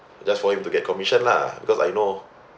just for him to get commission lah because I know